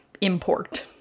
import